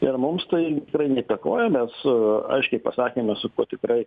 ir mums tai tikrai neįtakoja mes aiškiai pasakėme su kuo tikrai